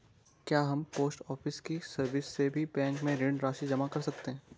क्या हम post office की सर्विस से भी बैंक में ऋण राशि जमा कर सकते हैं?